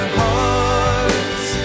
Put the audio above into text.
hearts